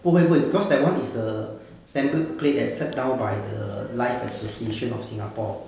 不会不会 because that one is a template played and set down by the life association of singapore